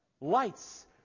lights